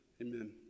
amen